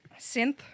Synth